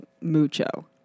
Mucho